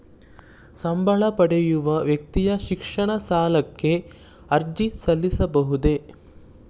ಸಂಬಳ ಪಡೆಯುವ ವ್ಯಕ್ತಿಯು ಶಿಕ್ಷಣ ಸಾಲಕ್ಕೆ ಅರ್ಜಿ ಸಲ್ಲಿಸಬಹುದೇ?